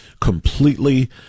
completely